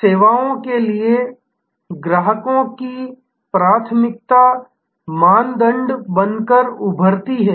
सेवाओं के लिए ग्राहकों की प्राथमिकता मानदंड बनकर उभरती हैं